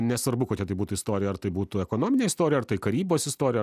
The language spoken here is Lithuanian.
nesvarbu kokia tai būtų istorija ar tai būtų ekonominė istorija ar tai karybos istorija